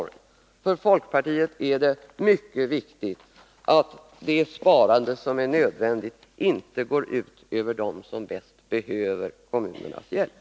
För folkpartiet är det mycket viktigt att det sparande som är nödvändigt inte går ut över dem som bäst behöver kommunernas hjälp.